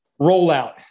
rollout